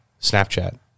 Snapchat